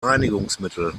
reinigungsmittel